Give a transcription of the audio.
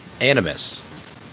animus